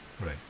Right